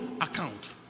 account